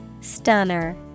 Stunner